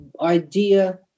idea